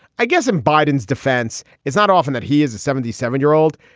i guess in biden's defense, it's not often that he is a seventy seven year old,